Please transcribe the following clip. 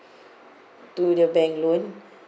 to the bank loan